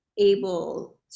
able